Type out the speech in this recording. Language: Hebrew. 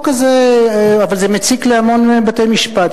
אבל זה מציק להמון בתי-משפט,